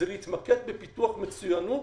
ולהתמקד בפיתוח מצויינות